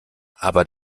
aber